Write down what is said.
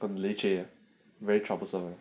很累赘 ah very troublesome